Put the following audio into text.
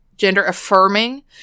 gender-affirming